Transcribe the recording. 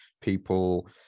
people